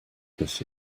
this